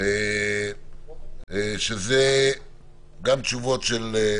אישור ליציאה ברכבים, כי זו הפרה של כל